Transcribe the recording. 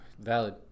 Valid